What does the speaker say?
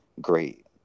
great